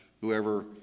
Whoever